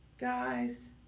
Guys